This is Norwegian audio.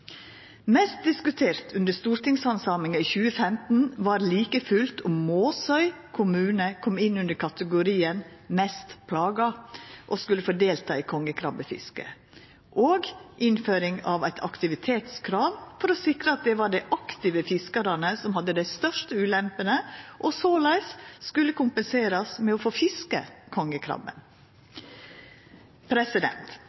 Mest diskutert under stortingshandsaminga i 2015 var like fullt om Måsøy kommune kom inn under kategorien «mest plaga» og skulle få delta i kongekrabbefisket, og innføring av eit aktivitetskrav for å sikra at det var dei aktive fiskarane som hadde dei største ulempene og såleis skulle kompenserast med å få